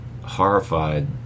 horrified